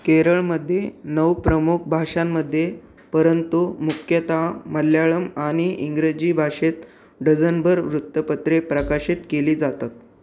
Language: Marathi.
केरळमध्ये नऊ प्रमुख भाषांमध्ये परंतु मुख्यतः मल्याळम आणि इंग्रजी भाषेत डझनभर वृत्तपत्रे प्रकाशित केली जातात